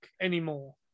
anymore